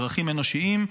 ערכים אנושיים,